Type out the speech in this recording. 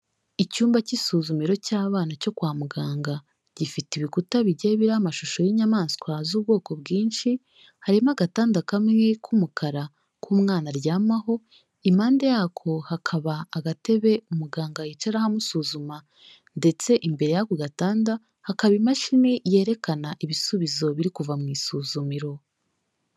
Icyumba cy'isuzumiro cy'abana cyo kwa muganga, gifite ibikuta bigiye biriho amashusho y'inyamaswa z'ubwoko bwinshi, harimo agatanda kamwe k'umukara k'umwana aryamaho, impande yako hakaba agatebe umuganga yicaraho amusuzuma, ndetse imbere y'ako gatanda hakaba imashini yerekana ibisubizo biri kuva mu isuzumiro.